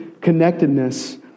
connectedness